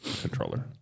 controller